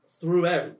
throughout